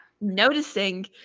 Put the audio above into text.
noticing